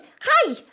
hi